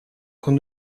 con